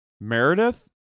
Meredith